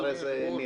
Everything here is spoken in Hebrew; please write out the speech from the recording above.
אחרי כן ניר.